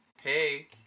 Hey